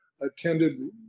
attended